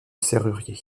serrurier